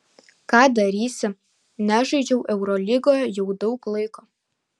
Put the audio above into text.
ką darysi nežaidžiau eurolygoje jau daug laiko